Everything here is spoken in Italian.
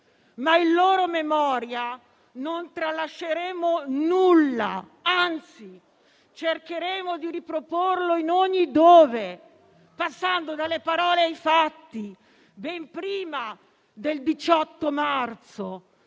Ma in loro memoria non tralasceremo nulla, anzi cercheremo di riproporlo in ogni dove, passando dalle parole ai fatti, ben prima del 18 marzo,